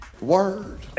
Word